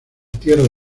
tierra